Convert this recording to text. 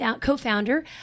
co-founder